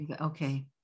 Okay